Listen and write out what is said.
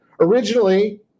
originally